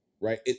right